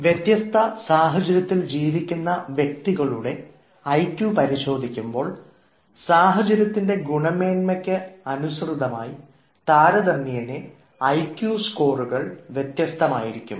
വ്യത്യസ്ത സാഹചര്യത്തിൽ ജീവിക്കുന്ന വ്യക്തികളുടെ ഐക്യു പരിശോധിക്കുമ്പോൾ സാഹചര്യത്തിൻറെ ഗുണമേൺമയ്ക്ക് അനുസൃതമായി താരതമ്യേന ഐക്യു സ്കോറുകൾ വ്യത്യസ്തമായിരിക്കും